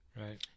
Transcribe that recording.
Right